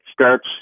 starts